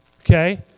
okay